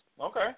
Okay